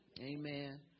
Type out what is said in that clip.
Amen